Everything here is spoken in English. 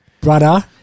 brother